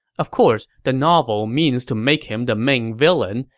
of course, the novel means to make him the main villain,